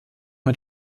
mit